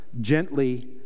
gently